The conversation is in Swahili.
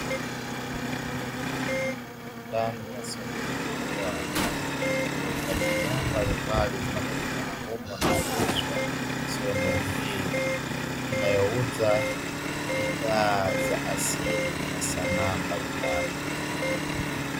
Ndani ya soko kubwa vitu na bidhaa mbalimbali zinapatikana humo na kuuzwa, sehemu hii inayouza bidhaa za asili na sanaa mbalimbali.